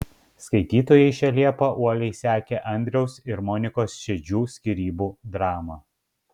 skaitytojai šią liepą uoliai sekė andriaus ir monikos šedžių skyrybų dramą